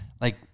like-